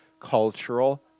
cultural